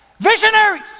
Visionaries